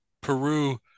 Peru